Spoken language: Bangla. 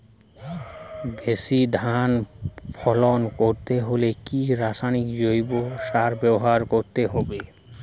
বেশি ধান ফলন করতে হলে কি রাসায়নিক জৈব সার ব্যবহার করতে হবে?